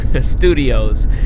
studios